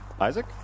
Isaac